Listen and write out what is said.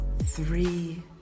Three